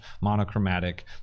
monochromatic